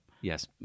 Yes